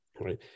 right